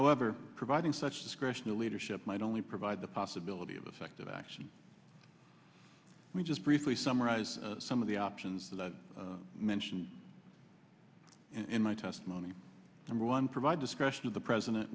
however providing such discretion the leadership might only provide the possibility of effective action we just briefly summarize some of the options that i mentioned in my testimony number one provide discussion of the president